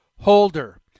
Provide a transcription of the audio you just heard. holder